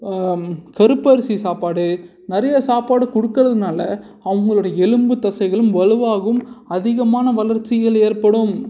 கறுப்பரிசி சாப்பாடு நிறைய சாப்பாடு கொடுக்கறதுனால அவர்களோட எலும்பு தசைகளும் வலுவாகவும் அதிகமான வளர்ச்சிகள் ஏற்படும்